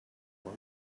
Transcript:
one